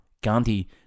Gandhi